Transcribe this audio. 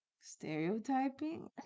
stereotyping